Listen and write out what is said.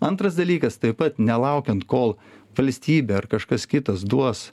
antras dalykas taip pat nelaukiant kol valstybė ar kažkas kitas duos